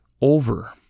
over